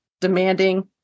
demanding